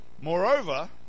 moreover